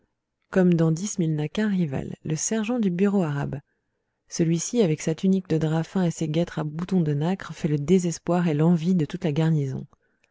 comme dandysme il n'a qu'un rival le sergent du bureau arabe celui-ci avec sa tunique de drap fin et ses guêtres à boutons de nacre fait le désespoir et l'envie de toute la garnison